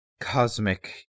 cosmic